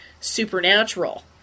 supernatural